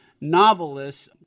novelists